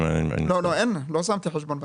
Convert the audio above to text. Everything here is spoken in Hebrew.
לא, לא שמתי חשבון בנק.